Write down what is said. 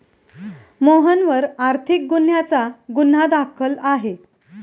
मोहनवर आर्थिक गुन्ह्याचा गुन्हा दाखल आहे